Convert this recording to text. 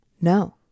No